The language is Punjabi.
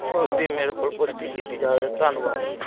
ਉਸ ਦੀ ਮੇਰੇ ਕੋਲ ਪੁਸ਼ਟੀ ਕੀਤੀ ਜਾਵੇ ਧੰਨਵਾਦ ਜੀ